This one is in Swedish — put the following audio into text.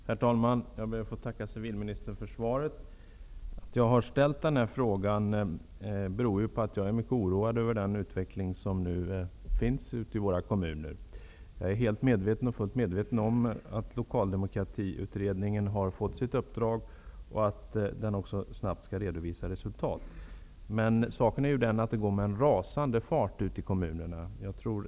Herr talman! Jag ber att få tacka civilministern för svaret. Jag har ställt denna fråga för att jag är mycket oroad över den utveckling som nu pågår i våra kommuner. Jag är fullt medveten om att Lokaldemokratikommittén har fått sitt uppdrag, och att den också snabbt skall redovisa resultat. Men saken är den att det går med en rasande fart ute i kommunerna.